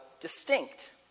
distinct